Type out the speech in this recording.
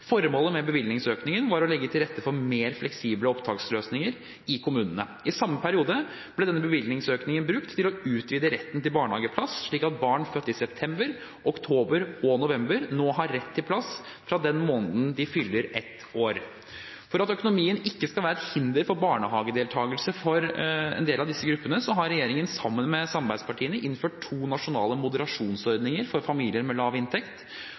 Formålet med bevilgningsøkningen var å legge til rette for mer fleksible opptaksløsninger i kommunene. I samme periode ble denne bevilgningsøkningen brukt til å utvide retten til barnehageplass, slik at barn født i september, oktober eller november nå har rett til plass fra den måneden de fyller ett år. For at økonomien ikke skal være et hinder for barnehagedeltakelse for en del av disse gruppene, har regjeringen sammen med samarbeidspartiene innført to nasjonale moderasjonsordninger for familier med lav inntekt.